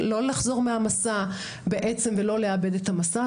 לא לחזור מהמסע בעצם ולא לעבד את המסע.